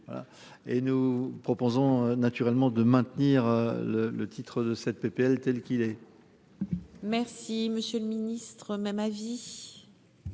vous proposons, naturellement, de maintenir le le titre de cette PPL telle qu'il est. Merci Monsieur le Ministre, ma, ma vie.